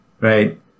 right